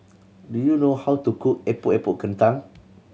do you know how to cook Epok Epok Kentang